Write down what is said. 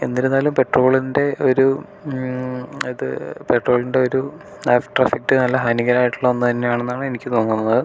എന്തിരുന്നാലും പെട്രോളിൻ്റെ ഒരു ഇത് പെട്രോളിൻ്റെ ഒരു ആഫ്റ്റർ ഇഫെക്ട് നല്ല ഹാനികരമായിട്ടുള്ള ഒന്ന് തന്നെയാണെന്നാണ് എനിക്ക് തോന്നുന്നത്